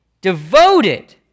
devoted